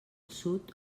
sud